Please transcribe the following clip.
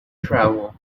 travel